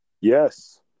Yes